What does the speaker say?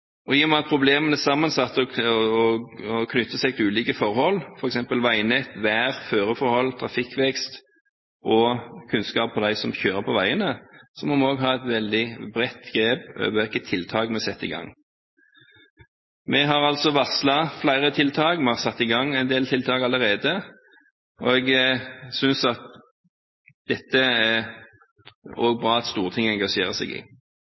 I og med at problemene er sammensatte og knytter seg til ulike forhold, f.eks. veinett, vær, føreforhold, trafikkvekst og kunnskapen til dem som kjører på veiene, må vi også ha et veldig bredt grep når det gjelder hvilke tiltak vi setter i gang. Vi har alt varslet flere tiltak, og vi har satt i gang flere tiltak allerede. Dette er det også bra at Stortinget engasjerer seg i.